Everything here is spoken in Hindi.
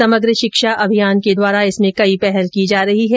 समग्र शिक्षा अभियान के द्वारा इसमें कई पहल की जा रही है